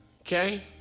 Okay